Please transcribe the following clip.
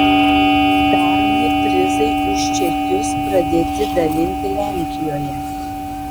pernai prizai už čekius pradėti dalinti lenkijoje